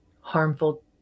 harmful